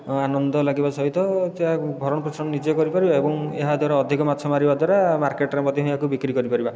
ଆନନ୍ଦ ଲାଗିବା ସହିତ ଯାହା ଭରଣପୋଷଣ ନିଜେ କରି ପାରିବା ଏବଂ ଏହାଦ୍ୱାରା ଅଧିକ ମାଛ ମାରିବା ଦ୍ୱାରା ମାର୍କେଟ୍ର ମଧ୍ୟ ଏହାକୁ ବିକ୍ରୀ କରିପାରିବା